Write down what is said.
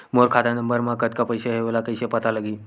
मोर खाता नंबर मा कतका पईसा हे ओला कइसे पता लगी?